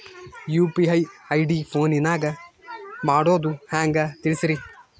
UPI ID ಫೋನಿನಾಗ ಮಾಡೋದು ಹೆಂಗ ತಿಳಿಸ್ರಿ?